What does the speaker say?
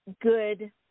good